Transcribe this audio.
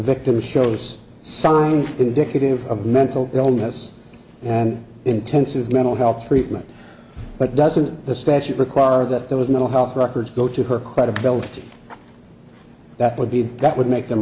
victim shows signs indicative of mental illness and intensive mental health treatment but doesn't the statute require that there was no health records go to her credibility that would be that would make them